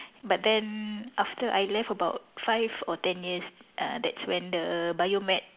but then after I left about five or ten years uh that's when the bio med